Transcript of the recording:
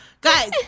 guys